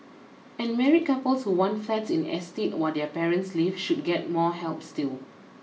and married couples who want flats in estates where their parents live should get more help still